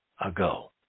ago